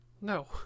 No